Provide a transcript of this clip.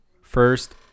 First